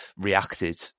reacted